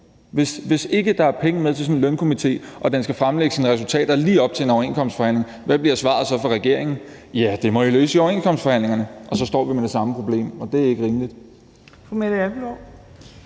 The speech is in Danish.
Hvis der ikke er penge med til sådan en lønkomité og den skal fremlægge sine resultater lige op til en overenskomstforhandling, hvad bliver svaret så fra regeringen? Ja, det bliver: Det må I løse i overenskomstforhandlingerne. Og så står vi med det samme problem, og det er ikke rimeligt. Kl. 15:05 Fjerde